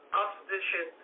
opposition